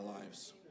lives